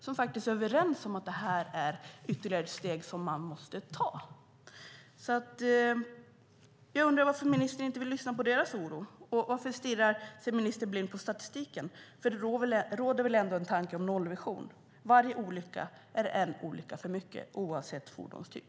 De är överens om att detta är ytterligare ett steg som måste tas. Varför vill ministern inte lyssna på deras oro, och varför stirrar sig ministern blind på statistiken? Det finns väl ändå en tanke om en nollvision? Varje olycka är en olycka för mycket, oavsett fordonstyp.